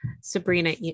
Sabrina